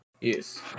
Yes